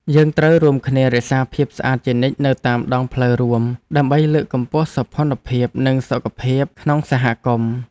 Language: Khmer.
យើងត្រូវរួមគ្នារក្សាភាពស្អាតជានិច្ចនៅតាមដងផ្លូវរួមដើម្បីលើកកម្ពស់សោភ័ណភាពនិងសុខភាពក្នុងសហគមន៍។